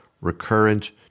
recurrent